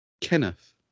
Kenneth